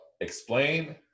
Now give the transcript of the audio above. explain